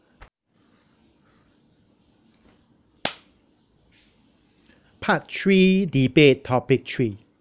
part three debate topic three